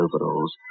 overalls